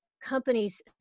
companies